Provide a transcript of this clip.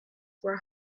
were